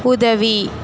உதவி